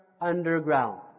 underground